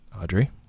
Audrey